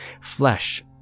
Flesh